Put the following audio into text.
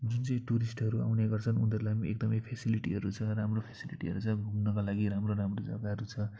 जुन चाहिँ टुरिस्टहरू आउने गर्छन उनीहरूलाई पनि एकदमै फेसिलिटीहरू छ राम्रो फेसिलिटीहरू छ घुम्नुको लागि राम्रो राम्रो जग्गाहरू छ